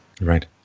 Right